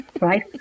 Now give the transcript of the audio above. Right